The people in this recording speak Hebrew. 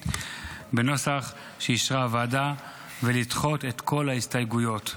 בנוסח שאישרה הוועדה ולדחות את כל ההסתייגויות.